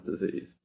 disease